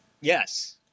Yes